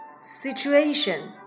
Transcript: situation